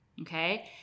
Okay